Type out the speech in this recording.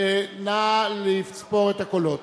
נא לספור את הקולות.